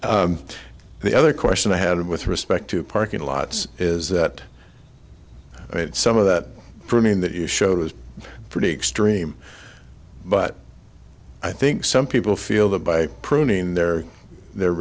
the other question i had with respect to parking lots is that i mean some of that for me in that you showed was pretty extreme but i think some people feel that by pruning their they're